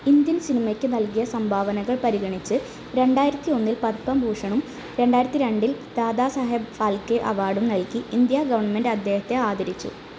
Indian സിനിമയ്ക്ക് നൽകിയ സംഭാവനകൾ പരിഗണിച്ച് രണ്ടായിരത്തി ഒന്നിൽ പത്മഭൂഷണും രണ്ടായിരത്തി രണ്ടിൽ ദാദാസാഹേബ് ഫാൽക്കെ അവാർഡും നൽകി ഇന്ത്യ ഗവൺമെൻറ് അദ്ദേഹത്തെ ആദരിച്ചു